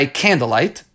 candlelight